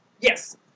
Yes